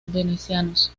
venecianos